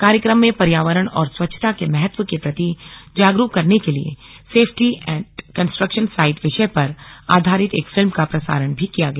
कार्यक्रम में पर्यावरण और स्वच्छता के महत्व के प्रति जागरूक करने के लिए सेफ्टी एट कंस्ट्रक्शन साइट विषय पर आधारित एक फिल्म का प्रसारण भी किया गया